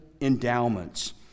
endowments